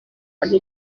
ولی